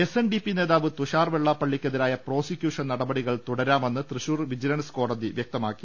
SNDP നേതാവ് തുഷാർ വെള്ളാപ്പള്ളിക്ക് എതിരായ പ്രോസിക്യൂഷൻ നടപടികൾ തുടരാമെന്ന് തൃശൂർ വിജിലൻസ് കോടതി വൃക്തമാക്കി